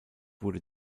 wurde